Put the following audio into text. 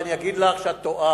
ואני אגיד לך שאת טועה,